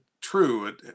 true